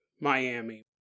Miami